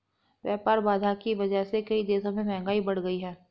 व्यापार बाधा की वजह से कई देशों में महंगाई बढ़ गयी है